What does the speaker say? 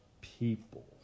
people